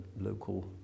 local